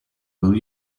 will